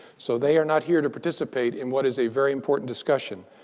so they are not here to participate in what is a very important discussion.